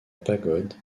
pagode